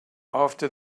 after